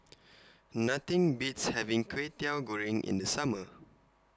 Nothing Beats having Kway Teow Goreng in The Summer